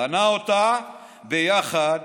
בנה אותה יחד